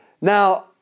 Now